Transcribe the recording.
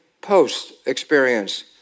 post-experience